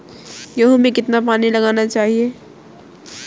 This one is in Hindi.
गेहूँ में कितना पानी लगाना चाहिए?